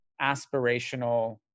aspirational